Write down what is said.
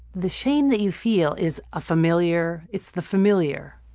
the shame that you feel is ah familiar. it's the familiar,